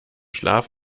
schlaf